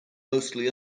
mostly